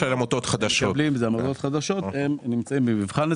כלל עמותות חדשות שנמצאות אצלנו במבחן.